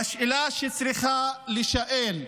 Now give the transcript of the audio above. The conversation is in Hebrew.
והשאלה שצריכה להישאל: